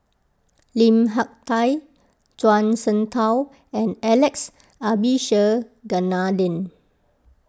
Lim Hak Tai Zhuang Shengtao and Alex Abisheganaden